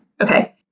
Okay